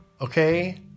Okay